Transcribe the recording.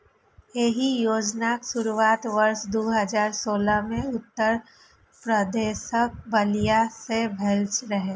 एहि योजनाक शुरुआत वर्ष दू हजार सोलह मे उत्तर प्रदेशक बलिया सं भेल रहै